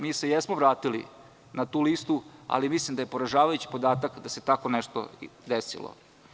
Mi se jesmo vratili na tu listu, ali mislim da je poražavajući podatak da se tako nešto desilo.